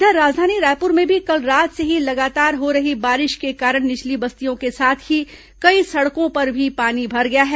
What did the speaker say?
इधर राजधानी रायपुर में भी कल रात से ही लगातार हो रही बारिश के कारण निचली बस्तियों के साथ ही कई सड़कों पर भी पानी भर गया है